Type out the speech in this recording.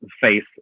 face